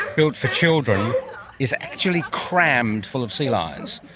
built for children is actually crammed full of sea lions.